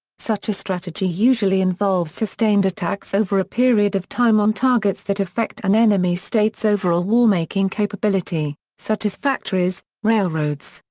such a strategy usually involves sustained attacks over a period of time on targets that affect an enemy state's overall war-making capability, such as factories, railroads,